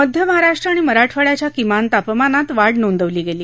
मध्य महाराष्ट्र आणि मराठवाड्याच्या किमान तापमानात वाढ नोंदवली गेली